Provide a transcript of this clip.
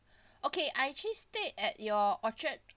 okay I actually stayed at your orchard